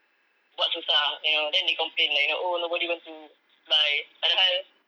buat susah you know then they complain like you know oh nobody want to apply padahal